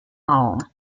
home